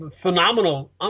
phenomenal